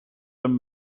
een